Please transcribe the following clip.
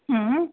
ಹ್ಞೂ